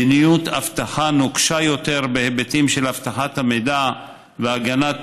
מדיניות אבטחה נוקשה יותר בהיבטים של אבטחת המידע והגנת